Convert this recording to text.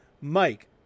Mike